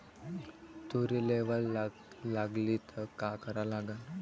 तुरीले वल लागली त का करा लागन?